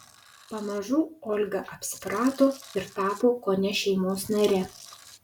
pamažu olga apsiprato ir tapo kone šeimos nare